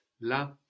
la